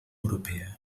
europea